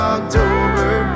October